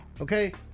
okay